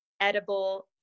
Edible